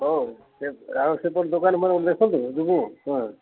ହଉ ସେ ଆଉ ସେପଟ ଦୋକାନ ମାନ ସବୁ ଦେଖନ୍ତୁ ଯିବୁ ହୁଁ